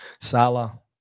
Salah